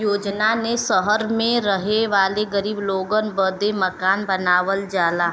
योजना ने सहर मे रहे वाले गरीब लोगन बदे मकान बनावल जाला